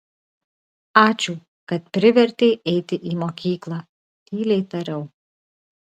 ačiū kad privertei eiti į mokyklą tyliai tariau